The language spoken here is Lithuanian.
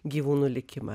gyvūnų likimą